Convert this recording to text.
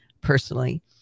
personally